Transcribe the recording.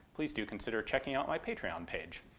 please do consider checking out my patreon page.